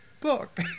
book